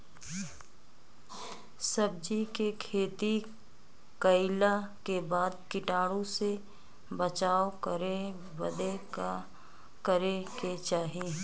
सब्जी के खेती कइला के बाद कीटाणु से बचाव करे बदे का करे के चाही?